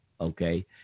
Okay